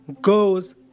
goes